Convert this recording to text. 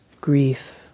grief